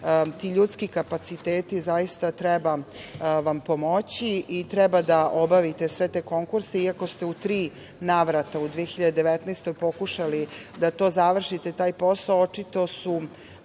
ti ljudski kapaciteti… Zaista vam treba pomoći i treba da obavite sve te konkurse, iako ste u tri navrata u 2019. godini pokušali da to završite taj posao. Očito su